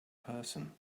person